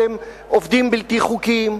שהם עובדים בלתי חוקיים.